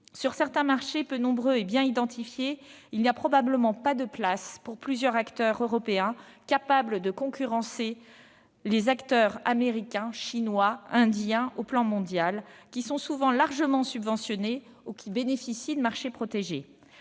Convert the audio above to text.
Sur certains marchés, peu nombreux et bien identifiés, il n'y a probablement pas de place pour plusieurs acteurs européens capables de concurrencer les acteurs américains, chinois ou indiens présents à l'échelle mondiale, qui sont souvent largement subventionnés ou qui bénéficient de marchés protégés.